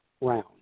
round